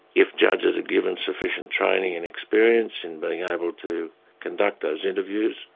if judges are given sufficient training and experience in being able to conduct those interviews,